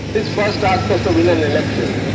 his first task was to win an election,